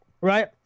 Right